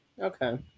Okay